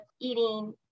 eating